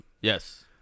Yes